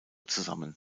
zusammen